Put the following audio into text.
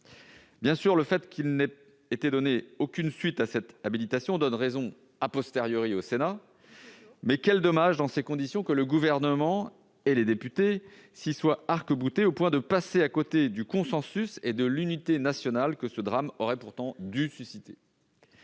bien sûr le fait qu'il n'ait été donné aucune suite à cette habilitation donne raison a posteriori au Sénat, mais quel dommage, dans ces conditions, que le gouvernement et les députés, six soit arc-boutée au point de passer à côté du consensus et de l'unité nationale que ce drame aurait pourtant dû susciter,